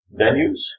venues